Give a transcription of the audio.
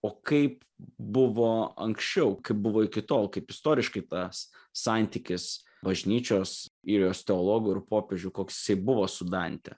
o kaip buvo anksčiau kaip buvo iki tol kaip istoriškai tas santykis bažnyčios ir jos teologų ir popiežių koks jisai buvo su dante